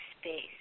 space